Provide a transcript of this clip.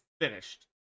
finished